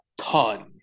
ton